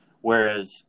Whereas